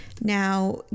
Now